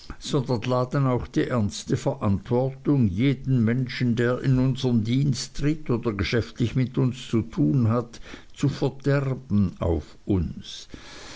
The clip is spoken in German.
laden auch die ernste verantwortung jeden menschen der in unsern dienst tritt oder geschäftlich mit uns zu tun hat zu verderben auf uns